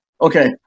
Okay